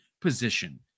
position